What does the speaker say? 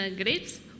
grapes